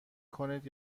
کنید